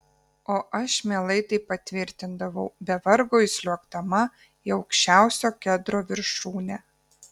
o aš mielai tai patvirtindavau be vargo įsliuogdama į aukščiausio kedro viršūnę